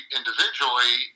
individually